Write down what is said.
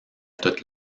toute